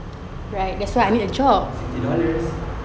sixty dollars